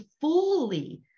fully